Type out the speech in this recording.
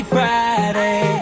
Friday